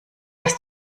dass